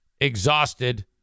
exhausted